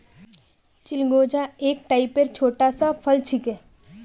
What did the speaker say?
चिलगोजा एक टाइपेर छोटा सा फल छिके